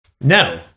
No